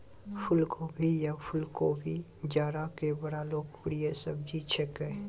फुलगोभी या फुलकोबी जाड़ा के बड़ा लोकप्रिय सब्जी छेकै